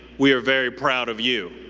we are very proud of you.